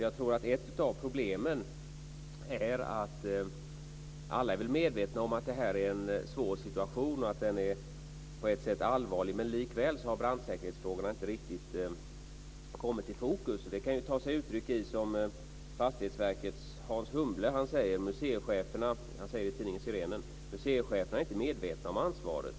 Jag tror att ett av problemen är att alla är medvetna om att detta är en svår situation och att den på ett sätt är allvarlig. Likväl har brandsäkerhetsfrågorna inte riktigt kommit i fokus. Det kan ta sig sådana uttryck som Fastighetsverkets Hans Humble beskriver i tidningen Sirenen: Museicheferna är inte medvetna om ansvaret.